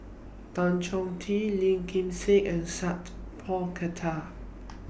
Tan Chong Tee Lim Kim San and Sat Pal Khattar